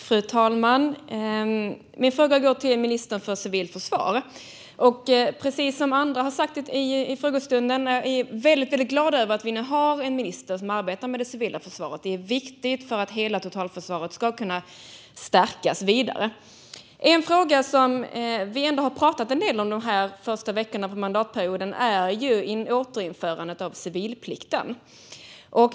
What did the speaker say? Fru talman! Min fråga går till ministern för civilt försvar. Precis som andra har sagt i frågestunden är vi väldigt glada för att vi nu har en minister som arbetar med det civila försvaret. Det är viktigt för att hela totalförsvaret ska kunna stärkas vidare. En fråga som vi ändå har pratat en del om under de här första veckorna av mandatperioden är återinförandet av civilplikten.